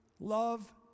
love